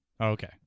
Okay